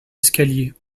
escaliers